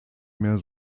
mehr